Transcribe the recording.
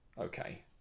Okay